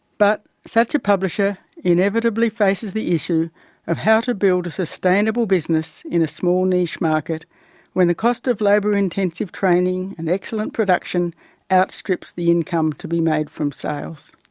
but such a publisher inevitably faces the issue of how to build a sustainable business in a small niche market when the cost of labour intensive training and excellent production outstrips the income to be made from sales.